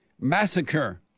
Massacre